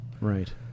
right